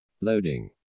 Loading